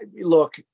look